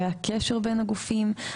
היה קשר בין הגופים,